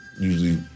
usually